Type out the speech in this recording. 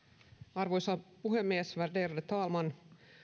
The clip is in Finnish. arvoisa puhemies värderade talman